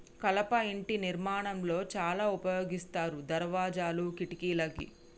కలప ఇంటి నిర్మాణం లో చాల ఉపయోగిస్తారు దర్వాజాలు, కిటికలకి